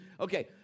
Okay